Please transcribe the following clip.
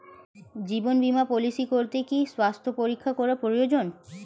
জীবন বীমা পলিসি করতে কি স্বাস্থ্য পরীক্ষা করা প্রয়োজন?